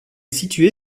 située